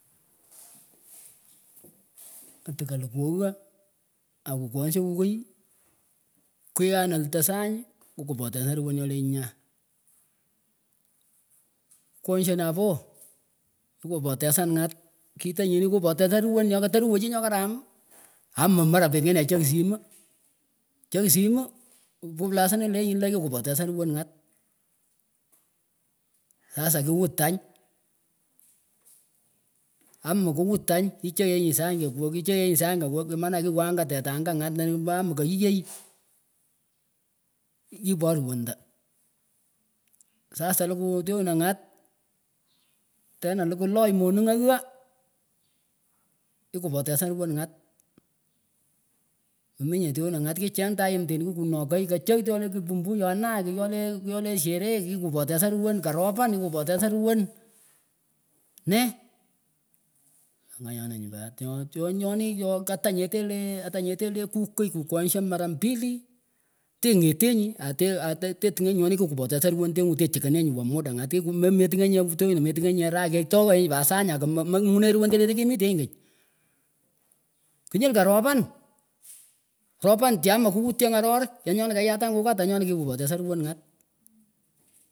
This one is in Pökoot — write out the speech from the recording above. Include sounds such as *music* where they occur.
Atin kalukuh oghaa akukwongshah kukiy kwianin alitah sany kukupotesan ruwon nyoleh nyinyah kwongshah napoh kikupotesan ngat kitah nyinih kikupotesan ruwon nyoh katah ruwoh chi nyohkaram amumarah pengine chagh simu chagh simu kuplashin *unintelligible* nyinah kikupotesan tuwan nat sasa kuuwut tany amah kuwut tany, cheenyih sany kekwoh icheenyih any kawah maana kikuwany tetangah ngat anyuh pat man keyiyah kipot ruwandah sasa likuh tyonah ngat tenal likuh loch monugh aghaah kikupotesan ruwandah sasa likuh tyonah ngat tenal likuh loch monungh aghaah kikupotesana ruwan ngat meminyeh tyonah ngat kicheng tymtin kikunokay kachaagh tyleh kigh pumpum yonah kyoleh kyoleh sherehe kikupotesan ruwon karopan kikhupotesan ruwon nee angah nyonah nyu nyo tyonyo nih kyo katah nyeteh leeh atah nyeteh leh kukiy kukwongshah mara mbili tenghetenyih aahteh ateh tingenyih nyonih kikupotesan ruwandenguh tuchi kanenyih nyonin kwa muda ngat kikuh metingenyeh tyonah metingenyeh rana ketakanah pat sany akamamah mangunenyeh ruwandah leh tikemitenyih kany knyull karopan mh ropan tyahamah kuwutyah ngaror kanyonah keyatanyi kukat anyonah kikupotesan ruwan nyat.